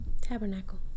Tabernacle